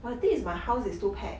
I think it's my house is too packed